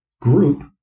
group